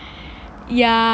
ya